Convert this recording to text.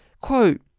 Quote